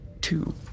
Two